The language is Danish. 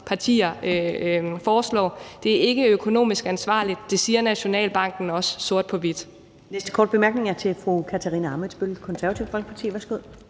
partier foreslår, ikke økonomisk ansvarligt. Det siger Nationalbanken også – det står sort på hvidt.